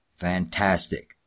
Fantastic